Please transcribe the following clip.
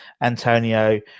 Antonio